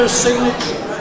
signature